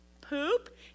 poop